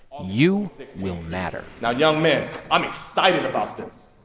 you will matter now, young men, i'm excited about this.